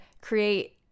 create